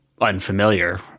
unfamiliar